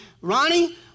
Ronnie